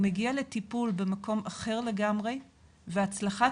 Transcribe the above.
הוא מגיע לטיפול במקום אחר לגמרי והצלחת